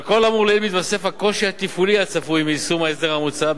על כל האמור לעיל מתווסף הוקשי התפעולי הצפוי מיישום ההסדר המוצע,